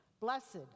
Blessed